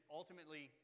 ultimately